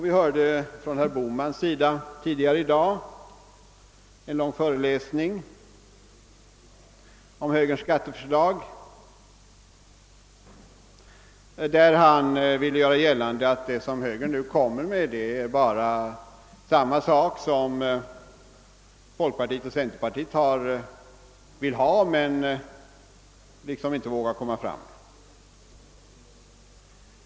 Vi hörde från herr Bohmans sida tidigare i dag en lång föreläsning om högerns skatteförslag där han ville göra gällande att det förslag som högern nu framlägger är bara samma förslag som folkpartiet och centerpartiet vill genomföra men liksom inte vågar framlägga.